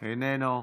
איננו,